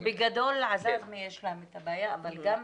בגדול, עזאזמה, יש להם את הבעיה אבל גם